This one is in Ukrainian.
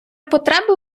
потреби